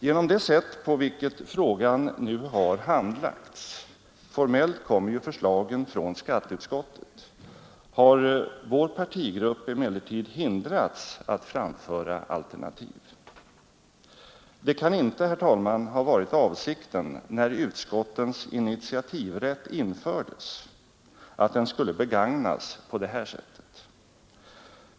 Genom det sätt på vilket frågan nu har handlagts — formellt kommer ju förslaget från skatteutskottet — har vår partigrupp hindrats att framföra alternativ. Det kan inte ha varit avsikten, när utskottens initiativrätt infördes, att den skulle begagnas på det här sättet.